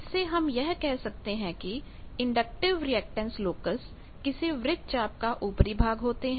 इससे हम यह कह सकते हैं कि इंडक्टिव रिएक्टेंस लोकस किसी वृत्तचाप का ऊपरी भाग होते हैं